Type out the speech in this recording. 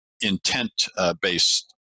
intent-based